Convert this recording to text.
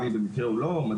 גם אם במקרה הוא לא מדריך,